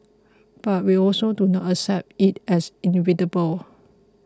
but we also do not accept it as inevitable